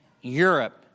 Europe